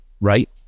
right